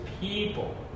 people